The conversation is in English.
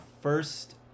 first